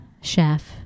chef